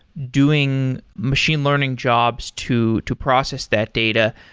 doing machine learning jobs to to process that data,